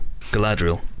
Galadriel